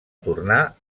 tornà